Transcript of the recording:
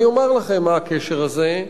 אומר לכם מה הקשר הזה,